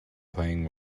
playing